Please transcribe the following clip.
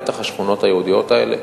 ובטח השכונות היהודיות האלה,